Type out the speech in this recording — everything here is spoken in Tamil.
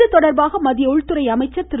இதுதொடர்பாக மத்திய உள்துறை அமைச்சர் திரு